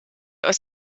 aus